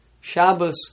Shabbos